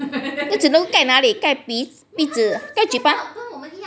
那只能盖那里盖鼻子盖嘴巴